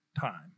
time